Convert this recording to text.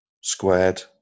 squared